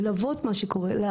של לתת מילים,